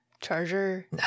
Charger